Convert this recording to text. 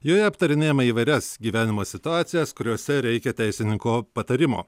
joje aptarinėjome įvairias gyvenimo situacijas kuriose reikia teisininko patarimo